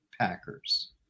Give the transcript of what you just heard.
Packers